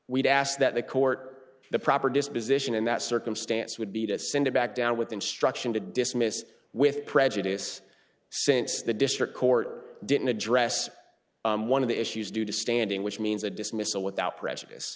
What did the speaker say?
we'd asked that the court the proper disposition in that circumstance would be to send it back down with instruction to dismiss with prejudice since the district court didn't address one of the issues due to standing which means a dismissal without prejudice